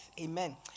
Amen